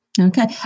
Okay